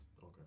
Okay